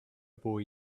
boy